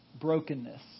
brokenness